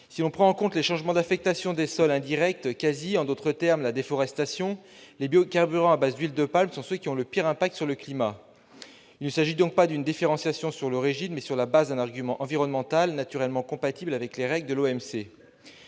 Si l'on prend en compte les changements d'affectation des sols indirects, ou CASI- en d'autres termes, la déforestation -, les biocarburants à base d'huile de palme sont ceux qui ont le pire impact sur le climat. Il s'agit donc d'une différenciation non pas selon l'origine, mais sur le fondement d'un argument environnemental, naturellement compatible avec les règles de